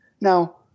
Now